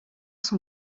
son